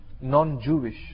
non-Jewish